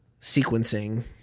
sequencing